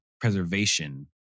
preservation